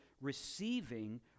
receiving